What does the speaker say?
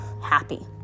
happy